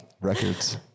records